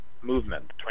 movement